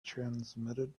transmitted